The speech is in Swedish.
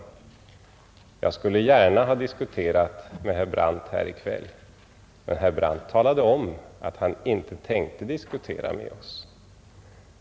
Och jag skulle gärna ha diskuterat med herr Brandt i kväll, men herr Brandt talade om att han inte tänkte diskutera med oss.